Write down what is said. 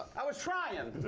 i was trying.